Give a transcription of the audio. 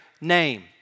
name